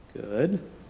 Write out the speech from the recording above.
Good